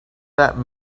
that